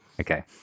okay